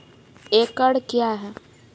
एकड कया हैं?